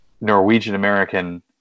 Norwegian-American